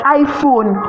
iPhone